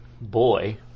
Boy